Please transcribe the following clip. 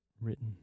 Written